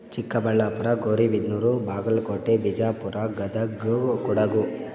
Chikkaballapur Gauribidanur Bagalkot Bijapur Gadag Kodagu